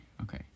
Okay